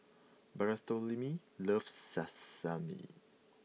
Bartholomew loves Salami